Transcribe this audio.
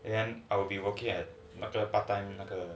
then I will be working at the part time 那个